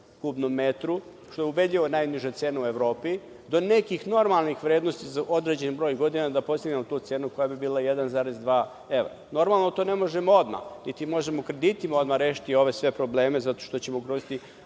što je ubedljivo najniža cena u Evropi, do nekih normalnih vrednosti za određen broj godina da postignemo tu cenu koja bi bila 1,2 evra. Normalno, to ne možemo odmah, niti možemo kreditima odmah rešiti ove sve probleme, zato što ćemo ugroziti